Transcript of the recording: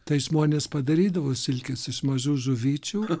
tai žmonės padarydavo silkės iš mažų žuvyčių